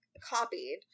copied